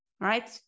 right